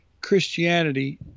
Christianity